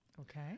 Okay